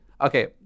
okay